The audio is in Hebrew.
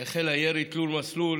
שהחל הירי תלול המסלול,